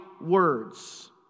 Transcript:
words